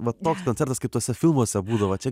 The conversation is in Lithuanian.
va toks koncertas kituose filmuose būdavo čia